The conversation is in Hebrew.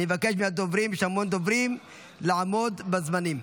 יש המון דוברים, אני מבקש מהדוברים לעמוד בזמנים.